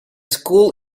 school